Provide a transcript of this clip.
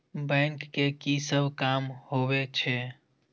Bank के की सब काम होवे छे?